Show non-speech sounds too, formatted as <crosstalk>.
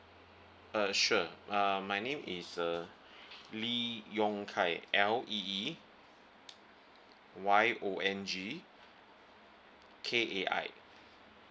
uh sure um my name is uh <breath> lee yong kai L E E Y O N G K A I